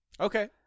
Okay